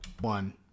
One